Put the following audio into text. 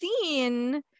seen